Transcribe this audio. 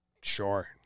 sure